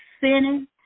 sinning